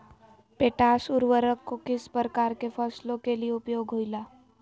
Potash उर्वरक को किस प्रकार के फसलों के लिए उपयोग होईला?